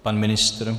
Pan ministr?